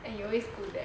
and he always go there